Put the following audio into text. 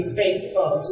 faithful